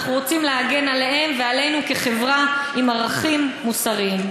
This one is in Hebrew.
אנחנו רוצים להגן עליהם ועלינו כחברה עם ערכים מוסריים.